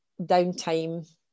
downtime